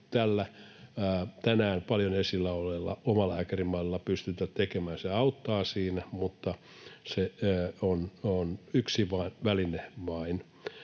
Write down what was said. tänään paljon esillä olleella omalääkärimallilla pystytä tekemään. Se auttaa siinä, mutta se on vain yksi väline.